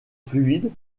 fluides